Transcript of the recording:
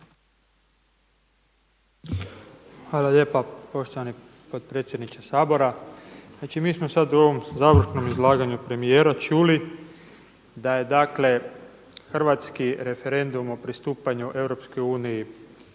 Hvala lijepo poštovani potpredsjedniče Sabora. Znači mi smo sada u ovom završnom izlaganju premijera čuli da je dakle hrvatski referendum o pristupanju Europskoj uniji